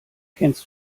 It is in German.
kennst